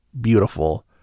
beautiful